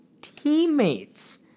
teammates